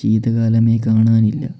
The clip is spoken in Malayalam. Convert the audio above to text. ശീതകാലമേ കാണാനില്ല